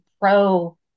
pro